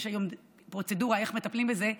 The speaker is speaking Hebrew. יש היום פרוצדורה איך מטפלים בזה,